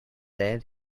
said